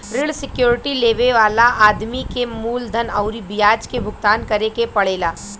ऋण सिक्योरिटी लेबे वाला आदमी के मूलधन अउरी ब्याज के भुगतान करे के पड़ेला